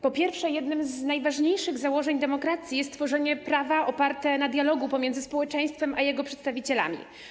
Po pierwsze, jednym z najważniejszych założeń demokracji jest tworzenie prawa oparte na dialogu pomiędzy społeczeństwem a jego przedstawicielami.